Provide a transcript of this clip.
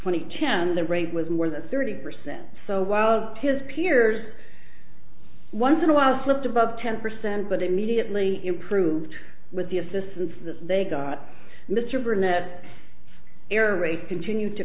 ten the rate was more than thirty percent so while his peers once in a while slipped above ten percent but immediately improved with the assistance they got mr burnett error rate continued to